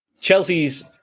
Chelsea's